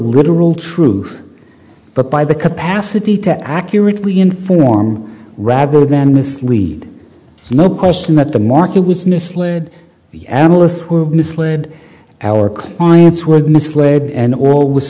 literal truth but by the capacity to accurately inform rather than mislead no question that the market was misled am alist misled our clients were misled and or was